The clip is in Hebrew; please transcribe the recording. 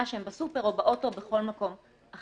שהם בסופר או באוטו או בכל מקום אחר.